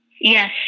Yes